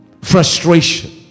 Frustration